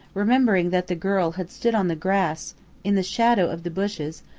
remembering that the girl had stood on the grass in the shadow of the bushes,